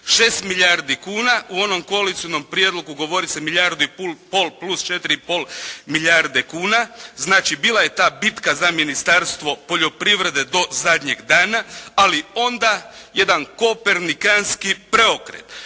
6 milijardi kuna, u onom koalicionom prijedlogu govori se o milijardu i pol plus četiri i pol milijarde kuna. Znači bila je ta bitka za Ministarstvo poljoprivrede do zadnjeg dana. Ali onda jedan Kopernikanski preokret.